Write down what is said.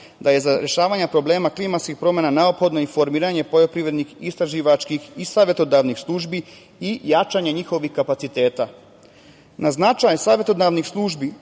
da je za rešavanje problema klimatskih promena neophodno i formiranje poljoprivrednih, istraživačkih i savetodavnih službi i jačanje njihovih kapaciteta. Na značaj savetodavnih službi